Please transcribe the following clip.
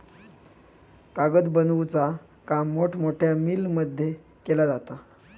कागद बनवुचा काम मोठमोठ्या मिलमध्ये केला जाता